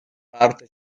parte